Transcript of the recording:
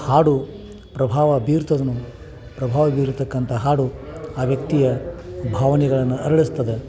ಹಾಡು ಪ್ರಭಾವ ಬೀರ್ತದೇನೋ ಪ್ರಭಾವ ಬೀರತಕ್ಕಂಥ ಹಾಡು ಆ ವ್ಯಕ್ತಿಯ ಭಾವನೆಗಳನ್ನು ಅರಳಿಸ್ತದೆ